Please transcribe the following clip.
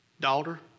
Daughter